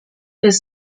his